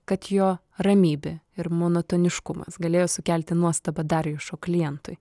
kad jo ramybė ir monotoniškumas galėjo sukelti nuostabą darjušo klientui